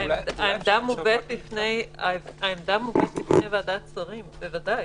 העמדה מובאת בפני ועדת השרים, בוודאי.